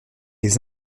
les